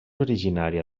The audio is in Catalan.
originària